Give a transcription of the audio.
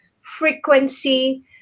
frequency